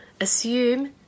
assume